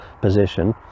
position